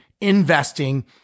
investing